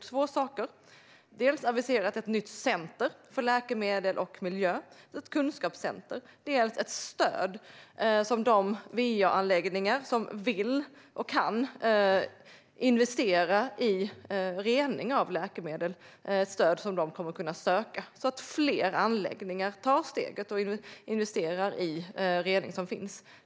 Dels har vi aviserat ett nytt kunskapscenter för läkemedel och miljö, dels har vi infört ett stöd som de innehavare av va-anläggningar som vill och kan investera i rening av läkemedel kommer att kunna ansöka om, så att fler anläggningar tar steget och investerar i rening.